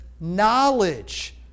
knowledge